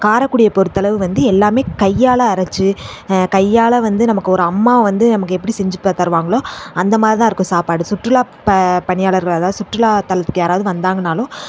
காரைக்குடிய பொறுத்தளவு வந்து எல்லாமே கையால் அரைச்சி கையால் வந்து நமக்கு ஒரு அம்மா வந்து நமக்கு எப்படி செஞ்சு த தருவாங்களோ அந்த மாதிரி தான் இருக்கும் சாப்பாடு சுற்றுலா ப பணியாளர்கள் அதாவது சுற்றுலாத்தலத்துக்கு யாரவது வந்தாங்கனாலும்